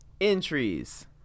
entries